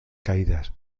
caídas